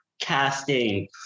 casting